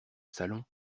salon